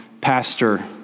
pastor